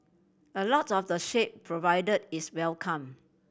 a lot of the shade provided is welcome